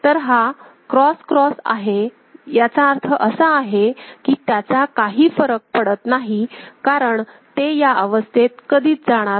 तर हा cross cross आहे याचा अर्थ असा आहे की त्याचा काही फरक पडत नाही कारण ते या अवस्थेत कधीच जाणार नाही